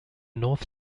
north